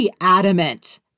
adamant